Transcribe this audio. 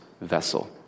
vessel